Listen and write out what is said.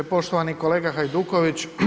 Poštovani kolega Hajduković.